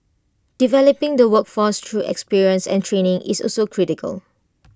developing the workforce through experience and training is also critical